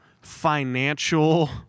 financial